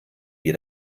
wir